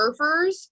surfers